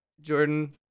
Jordan